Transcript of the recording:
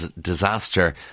disaster